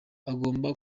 agomba